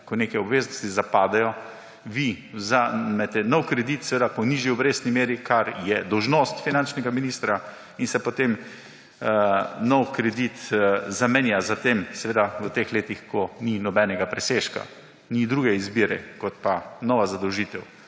ko neke obveznosti zapadejo, vi vzamete nov kredit, seveda po nižji obrestni meri, kar je dolžnost finančnega ministra, in se potem novi kredit zamenja s tem; seveda v teh letih, ko ni nobenega presežka, ni druge zadolžitve kot pa nova zadolžitev